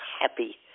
happy